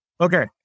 Okay